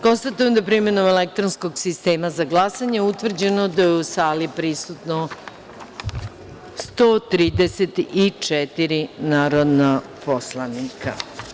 Konstatujem da je, primenom elektronskog sistema za glasanje, utvrđeno da je u sali prisutno 134 narodna poslanika.